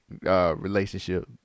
relationship